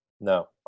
No